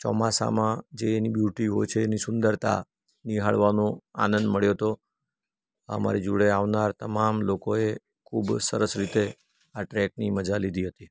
ચોમાસામાં જે એની બ્યુટી હોય છે એની સુંદરતા નીહાળવાનો આનંદ મળ્યો હતો અમારી જોડે આવનાર તમામ લોકોએ ખૂબ જ સરસ રીતે આ ટ્રેકની મજા લીધી હતી